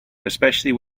especially